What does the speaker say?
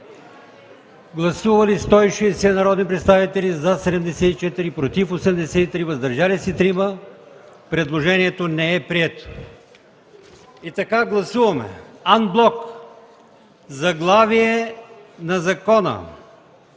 Гласували 160 народни представители: за 74, против 83, въздържали се 3. Предложението не е прието. Гласуваме анблок заглавието на закона,